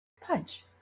Punch